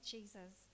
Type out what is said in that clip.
Jesus